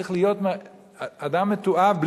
צריך להיות אדם מתועב,